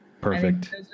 Perfect